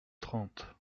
trente